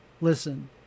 listen